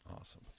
Awesome